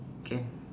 can